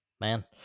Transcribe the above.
man